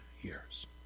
years